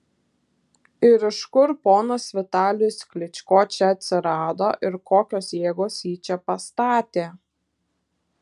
ir iš kur ponas vitalijus klyčko čia atsirado ir kokios jėgos jį čia pastatė